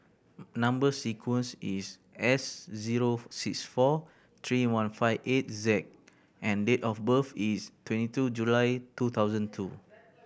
number sequence is S zero six four three one five eight Z and date of birth is twenty two July two thousand two